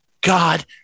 God